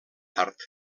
tard